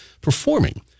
performing